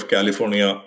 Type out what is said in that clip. California